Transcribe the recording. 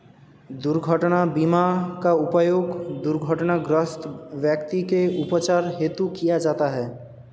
दुर्घटना बीमा का उपयोग दुर्घटनाग्रस्त व्यक्ति के उपचार हेतु किया जाता है